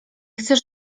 chcesz